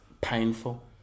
painful